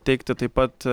teikti taip pat